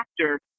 actor